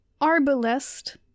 Arbalest